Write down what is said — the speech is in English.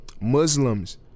Muslims